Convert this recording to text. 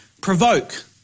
provoke